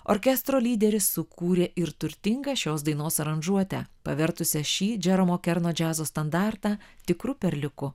orkestro lyderis sukūrė ir turtingą šios dainos aranžuotę pavertusią šį džeromo kerno džiazo standartą tikru perliuku